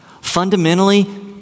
fundamentally